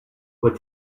what